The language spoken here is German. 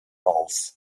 auf